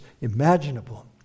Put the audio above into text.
imaginable